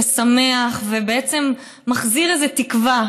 משמח ובעצם מחזיר איזו תקווה,